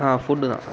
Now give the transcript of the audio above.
ஆ food தான்